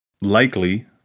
likely